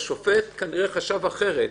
השופט כנראה חשב אחרת.